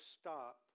stop